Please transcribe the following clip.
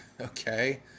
Okay